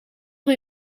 rue